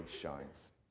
shines